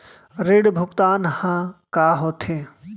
ऋण भुगतान ह का होथे?